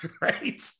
Right